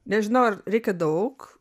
nežinau ar reikia daug